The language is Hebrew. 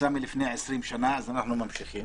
קבוצה מלפני 20 שנה, אז אנחנו ממשיכים,